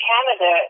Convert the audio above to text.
Canada